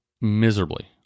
miserably